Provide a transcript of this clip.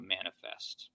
Manifest